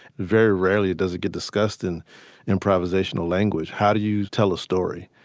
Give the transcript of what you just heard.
very rarely does it get discussed in improvisational language. how do you tell a story?